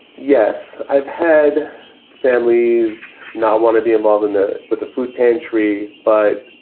yes i've had families not want to be involved in the but the food pantry, but,